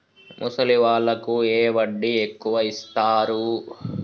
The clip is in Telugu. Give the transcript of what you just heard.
ముసలి వాళ్ళకు ఏ వడ్డీ ఎక్కువ ఇస్తారు?